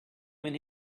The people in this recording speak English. when